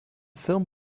film